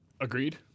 Agreed